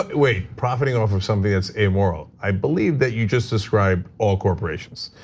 wait, profiting off of something that's amoral, i believe that you just described all corporations,